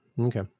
okay